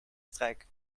strijk